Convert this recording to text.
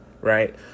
Right